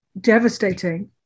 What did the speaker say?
devastating